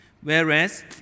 Whereas